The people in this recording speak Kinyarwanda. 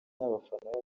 n’abafana